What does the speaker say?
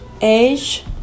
age